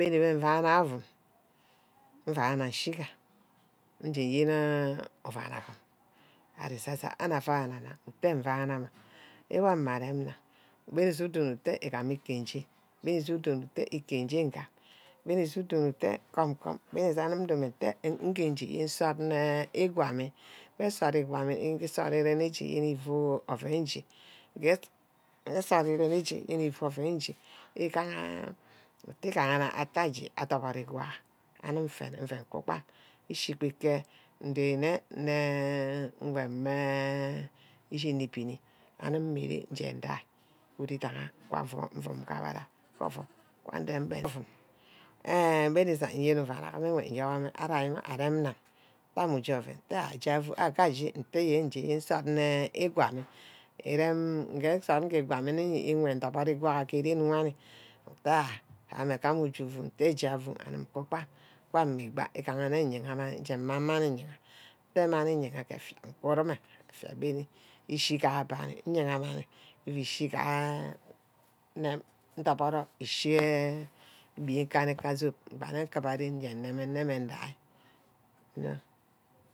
Egbi nidume muana nishiga. nije înyen avahara íre ísaí-ísaí, onung avananang nte muanama, bíemí udometa, ígamí îket nj́e bièní udo-wo-te íkere jen ngam, bîení udonne nte come-come, anip nige domente yene insort nne ígwami, je yen îngere ìnsort îremí nne íchanety orsome nje, igaha, igaha atte aje doborow ígwuoha anîm nferene mva kuba îshikebe nrene íshíní ebíní anip mme ren nje nidiá, igwu ídangha nke vum vum mvana ke ovum enh benní uvu-va yen urome'mme nyoroma ariama, utte ame uje ôven afu and ntíe enh ní ugumamí erem nge nsort íshígwamne Ngwue doboroh ìgwaha ke ren, amí îtte ha amujufu, aním nte jata anim nkubak, nkubak iba, eganne nyera mma je mang manmi nyere, etta manni nyera ke efia nkunime, ishi ke abani nyera manni ufu ishi keee ndorboro, ebi nkanika sope mbane nkíbíha ren nje neme-neme indai